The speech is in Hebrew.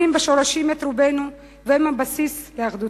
בשורשים את רובנו והם הבסיס לאחדותנו.